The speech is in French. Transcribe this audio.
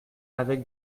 avec